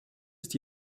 ist